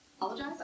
Apologize